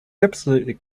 absolutely